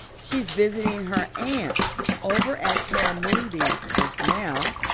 she's visiting her aunt over at carmody just now.